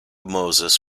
moses